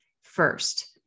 first